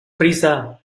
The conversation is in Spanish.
prisa